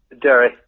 Derry